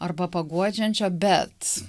arba paguodžiančio bet